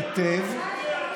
תודה.